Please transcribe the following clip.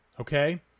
okay